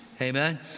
Amen